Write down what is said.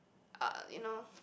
uh you know